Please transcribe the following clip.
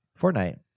Fortnite